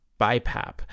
BiPAP